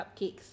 cupcakes